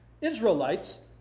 Israelites